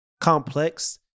complex